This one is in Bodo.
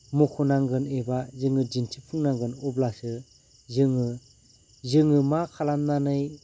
मखनांगोन एबा जोङो दिन्थि फुंनांगोन अब्लासो जोङो जोङो मा खालामनानै